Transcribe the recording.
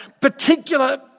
particular